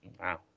Wow